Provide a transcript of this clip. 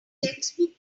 textbook